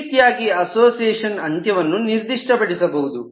ಈ ರೀತಿಯಾಗಿ ಅಸೋಸಿಯೇಷನ್ ಅಂತ್ಯವನ್ನು ನಿರ್ದಿಷ್ಟಪಡಿಸಬಹುದು